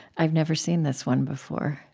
i've never seen this one before